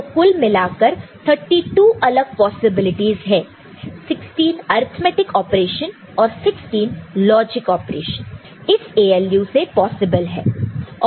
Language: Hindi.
तो कुल मिलाकर 32 अलग पॉसिबिलिटीज है 16 अर्थमैटिक ऑपरेशन और 16 लॉजिक ऑपरेशन इस ALU से पॉसिबल है